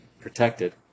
protected